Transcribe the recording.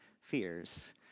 fears